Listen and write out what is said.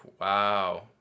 Wow